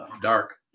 dark